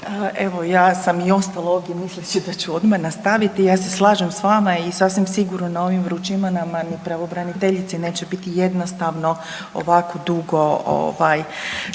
Evo ja sam i ostala ovdje …/nerazumljivo/… da ću odmah nastaviti i ja se slažem s vama i sasvim sigurno na ovim vrućinama ni pravobraniteljici neće biti jednostavno ovako dugo